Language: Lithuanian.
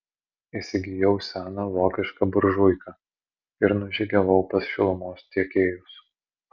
įsigijau seną vokišką buržuiką ir nužygiavau pas šilumos tiekėjus